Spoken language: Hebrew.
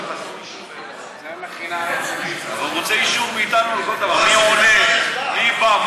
הוא רוצה אישור מאיתנו על כל דבר, לא, לא.